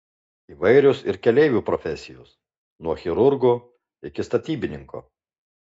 įvairios ir keleivių profesijos nuo chirurgo iki statybininko